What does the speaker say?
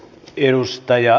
edustaja